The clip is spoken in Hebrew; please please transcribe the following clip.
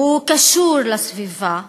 הוא קשור לסביבה.